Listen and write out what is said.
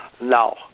no